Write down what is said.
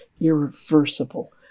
irreversible